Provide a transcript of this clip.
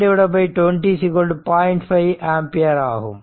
5 ampere ஆகும்